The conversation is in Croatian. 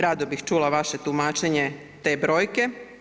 Rado bih čula vaše tumačenje te brojke.